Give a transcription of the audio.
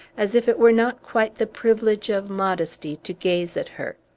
as if it were not quite the privilege of modesty to gaze at her.